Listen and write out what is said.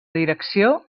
direcció